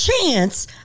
chance